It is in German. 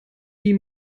die